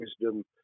wisdom